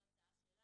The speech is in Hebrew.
זו הצעה שלנו,